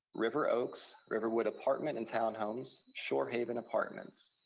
river oaks, riverwood apartment and townhomes, shorehaven apartments,